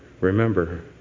remember